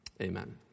amen